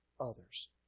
others